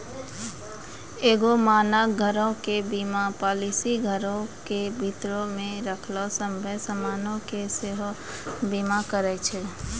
एगो मानक घरो के बीमा पालिसी घरो के भीतरो मे रखलो सभ्भे समानो के सेहो बीमा करै छै